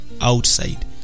outside